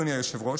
אדוני היושב-ראש,